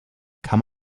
come